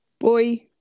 Boy